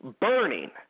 burning